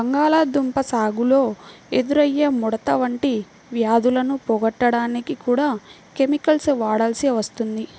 బంగాళాదుంప సాగులో ఎదురయ్యే ముడత వంటి వ్యాధులను పోగొట్టడానికి కూడా కెమికల్స్ వాడాల్సి వస్తుంది